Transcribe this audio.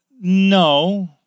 no